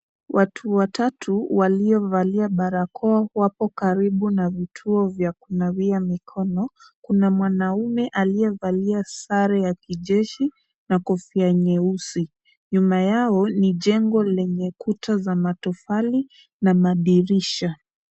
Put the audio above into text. Watu watatu waliovalia barakoa wapo karibu na vituo vya kunawia mikono. Kuna mwanaume aliyevalia sare ya kijeshi na kofia nyeusi. Nyuma yao ni jengo lenye kuta za matofali na madirisha.